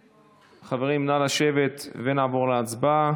חברים, נא לשבת, ונעבור להצבעה.